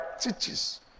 teaches